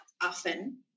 often